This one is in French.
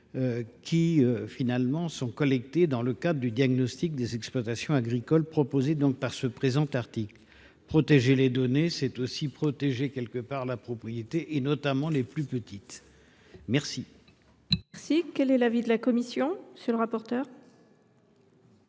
environnementales collectées dans le cadre du diagnostic des exploitations agricoles proposé par le présent article. Protéger les données, c’est aussi protéger les propriétés, notamment les plus petites. Quel